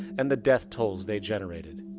and the death tolls they generated.